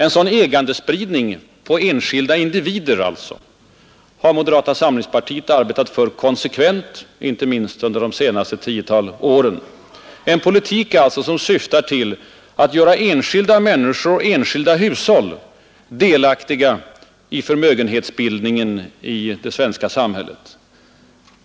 En sådan ägandespridning på enskilda individer har moderata samlingspartiet arbetat för konsekvent, inte minst under de senaste tiotalen år — en politik alltså som syftar till att göra enskilda människor och enskilda hushåll delaktiga i förmögenhetsbildningen i det svenska samhället.